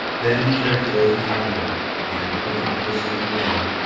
then he turned to those behind him and, pointing to the sleeping man,